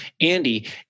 Andy